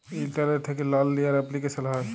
ইলটারলেট্ থ্যাকে লল লিয়ার এপলিকেশল হ্যয়